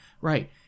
Right